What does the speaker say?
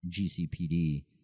GCPD